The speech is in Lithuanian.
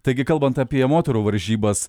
taigi kalbant apie moterų varžybas